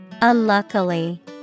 unluckily